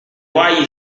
why